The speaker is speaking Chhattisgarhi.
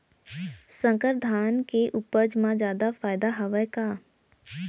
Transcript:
संकर धान के उपज मा जादा फायदा हवय का?